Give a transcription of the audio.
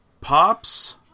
Pops